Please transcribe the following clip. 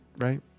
right